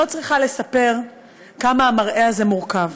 אני לא צריכה לספר כמה המראה הזה מורכב,